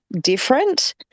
different